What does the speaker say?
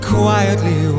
quietly